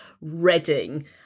Reading